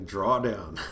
Drawdown